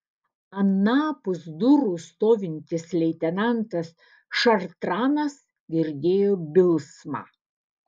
anapus durų stovintis leitenantas šartranas girdėjo bilsmą